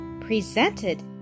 presented